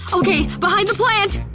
okay, behind the plant!